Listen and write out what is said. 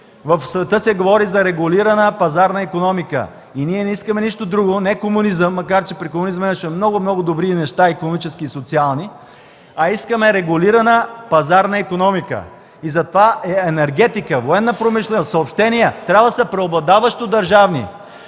В света се говори за регулирана пазарна икономика. Ние не искаме нищо друго, не комунизъм, макар че при комунизма имаше и много добри неща – икономически и социални, искаме регулирана пазарна икономика. Затова енергетиката, военната промишленост, съобщенията трябва да са преобладаващо държавни.